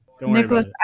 Nicholas